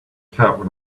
cat